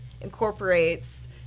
incorporates